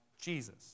Jesus